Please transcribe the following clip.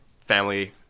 family